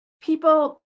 people